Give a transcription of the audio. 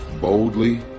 Boldly